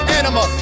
anima